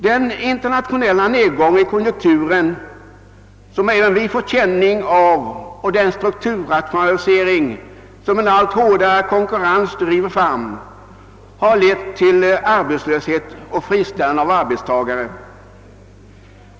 Den internationella nedgång i konjunkturen som även vi har fått känning av och den strukturrationalisering som en allt hårdare konkurrens driver fram har lett till arbetslöshet och friställande av arbetstagare.